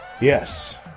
Yes